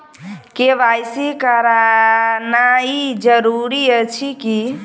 KYC करानाइ जरूरी अछि की?